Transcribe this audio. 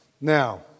Now